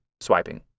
swiping